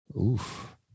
Oof